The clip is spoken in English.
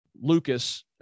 Lucas